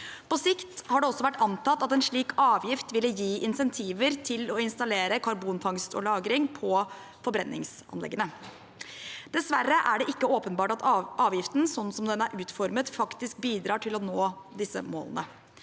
På sikt har det også vært antatt at en slik avgift ville gi insentiver til å installere karbonfangst og -lagring på forbrenningsanleggene. Dessverre er det ikke åpenbart at avgiften, sånn den er utformet, faktisk bidrar til å nå disse målene.